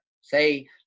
say